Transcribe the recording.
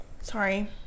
Sorry